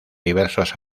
diversos